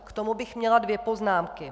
K tomu bych měla dvě poznámky.